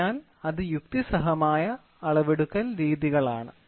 അതിനാൽ അത് യുക്തിസഹമായ അളവെടുക്കൽ രീതികളാണ്